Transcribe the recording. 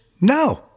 no